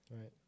Right